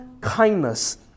kindness